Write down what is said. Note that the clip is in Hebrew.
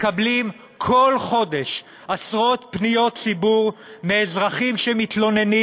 מקבלים כל חודש עשרות פניות ציבור מאזרחים שמתלוננים